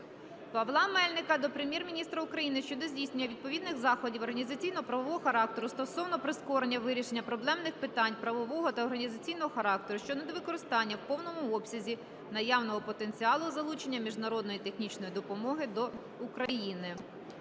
Павла Мельника до Прем'єр-міністра України щодо здійснення відповідних заходів організаційно-правового характеру стосовно прискорення вирішення проблемних питань правового та організаційного характеру щодо невикористання в повному обсязі наявного потенціалу залучення міжнародної технічної допомоги до України.